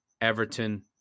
Everton